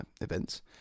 events